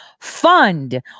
fund